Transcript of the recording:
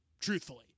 truthfully